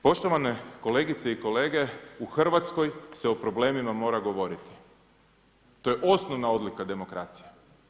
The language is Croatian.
Poštovane kolegice i kolege, u Hrvatskoj se o problemima mora govoriti, to je osnovna odlika demokracije.